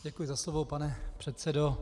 Děkuji za slovo, pane předsedo.